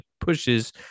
pushes